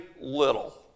little